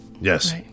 Yes